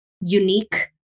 unique